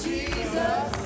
Jesus